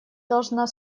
должна